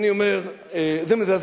זה מזעזע.